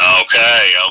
Okay